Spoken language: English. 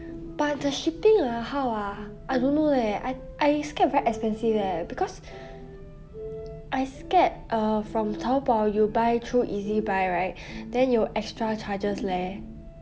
but the shipping ah how ah I don't know eh I I scared very expensive leh because I scared err from Taobao you buy through Ezbuy right then 有 extra charges leh